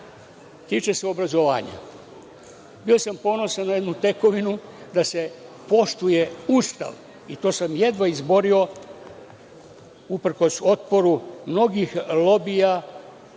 tiče se obrazovanje. Bio sam ponosan na jednu tekovinu, gde se poštuje Ustav i to sam jedva izborio uprkos otporu mnogih lobija